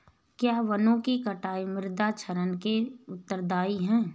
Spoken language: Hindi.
क्या वनों की कटाई मृदा क्षरण के लिए उत्तरदायी है?